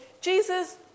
Jesus